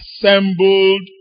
assembled